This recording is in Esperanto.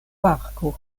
parko